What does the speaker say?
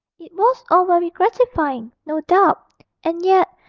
it was all very gratifying, no doubt and yet,